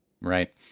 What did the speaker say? Right